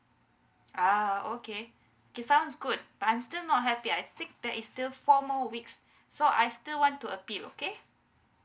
ah okay K sounds good but I'm still not happy I think that is still four more weeks so I still want to appeal okay